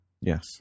Yes